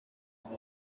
muri